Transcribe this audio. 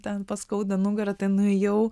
ten paskauda nugarą tai nuėjau